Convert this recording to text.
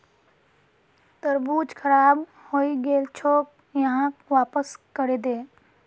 तरबूज खराब हइ गेल छोक, यहाक वापस करे दे